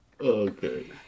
okay